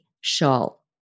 shawl